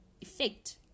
effect